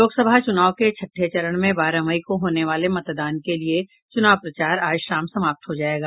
लोकसभा चुनाव के छठे चरण में बारह मई को होने वाले मतदान के लिए चुनाव प्रचार आज शाम समाप्त हो जायेगा